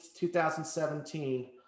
2017